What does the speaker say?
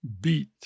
beat